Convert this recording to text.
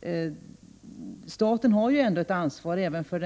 Men staten har ju ändå ett ansvar för